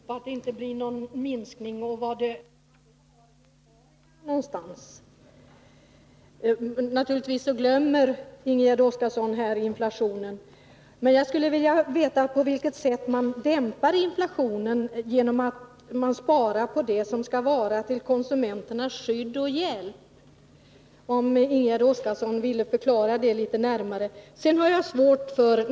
Herr talman! Inte heller jag kan få det här att gå ihop. Ingegärd Oskarsson säger att det inte blir någon minskning, och då frågar man sig var någonstans man skall göra besparingarna. Naturligtvis glömmer Ingegärd Oskarsson inflationen i det här sammanhanget. Jag skulle vilja veta hur man kan dämpa inflationen, när man sparar på det som skall ge konsumenterna skydd och hjälp. Jag vore tacksam om Ingegärd Oskarsson ville förklara det litet närmare.